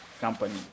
company